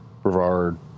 Brevard